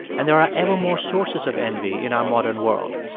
and there are ever more sources of envy in our modern world.